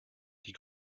die